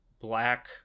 black